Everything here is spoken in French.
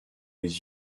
les